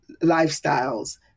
lifestyles